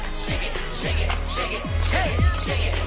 shake it shake it, shake it, shake it